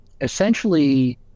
essentially